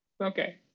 Okay